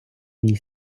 мій